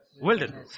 wilderness